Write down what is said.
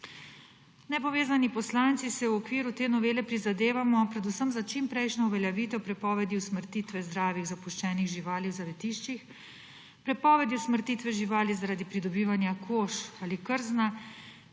Nepovezani poslanci si v okviru te novele prizadevamo predvsem za čimprejšnjo uveljavitev prepovedi usmrtitve zdravih zapuščenih živali v zavetiščih, prepovedi usmrtitve živali zaradi pridobivanja kož ali krzna